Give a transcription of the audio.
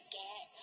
get